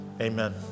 amen